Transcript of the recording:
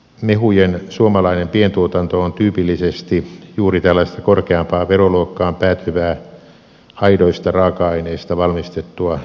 mehujen suomalainen pientuotanto on tyypillisesti juuri tällaista korkeampaan veroluokkaan päätyvää aidoista raaka aineista valmistettua tuotantoa